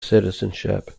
citizenship